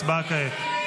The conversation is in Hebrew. הצבעה כעת.